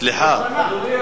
למה,